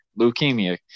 leukemia